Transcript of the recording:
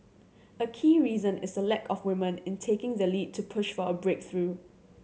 a key reason is lack of women in taking the lead to push for a breakthrough